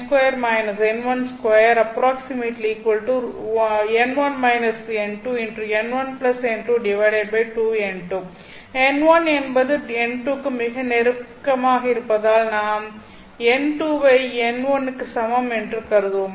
n1 என்பது n2 க்கு மிக நெருக்கமாக இருப்பதால் நாம் n2 வை n1 க்கு சமம் கருதுவோம்